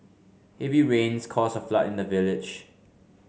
heavy rains caused a flood in the village